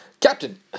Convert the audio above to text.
Captain